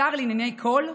שר לענייני כל,